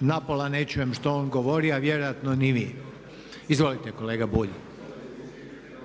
napola ne čujem što on govori, a vjerojatno ni vi. Izvolite kolega Bulj. **Bulj, Miro